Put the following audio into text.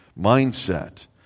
mindset